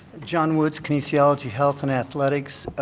john woods, kinesiology, health and athletics,